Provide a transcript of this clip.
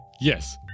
Yes